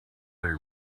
they